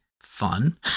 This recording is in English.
fun